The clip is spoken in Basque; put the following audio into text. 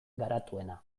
garatuena